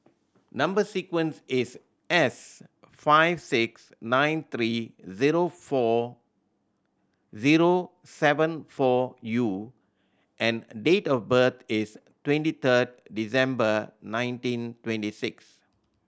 number sequence is S five six nine three zero four zero seven four U and date of birth is twenty third December nineteen twenty six